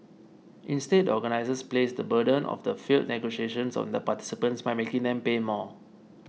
instead the organisers placed the burden of the failed negotiations on the participants by making them pay more